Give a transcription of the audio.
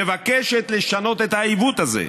מוצע לשנות את העיוות הזה.